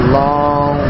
long